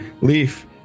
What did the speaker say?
Leaf